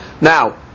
Now